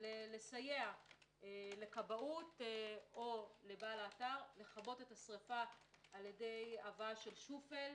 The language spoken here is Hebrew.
לסייע לכבאות או לבעל האתר לכבות את השריפה על-ידי הבאת שופל,